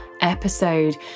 episode